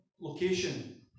location